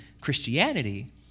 Christianity